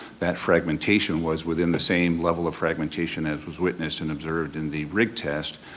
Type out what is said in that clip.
that fragmentation was within the same level of fragmentation as was witnesses and observed in the rig test,